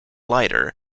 lighter